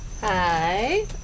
Hi